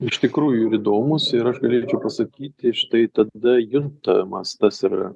iš tikrųjų ir įdomūs ir aš galėčiau pasakyti štai tada juntamas tas ir